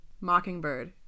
Mockingbird